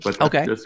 Okay